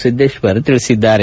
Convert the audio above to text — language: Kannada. ಸಿದ್ದೇಶ್ವರ್ ಹೇಳದ್ದಾರೆ